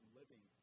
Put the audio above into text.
living